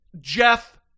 Jeff